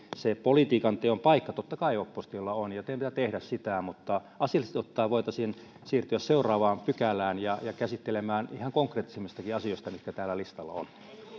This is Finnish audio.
se politiikanteon paikka totta kai oppositiolla on ja teidän pitää tehdä sitä mutta asiallisesti ottaen voitaisiin siirtyä seuraavaan pykälään ja käsittelemään ihan konkreettisempia asioita mitä täällä listalla on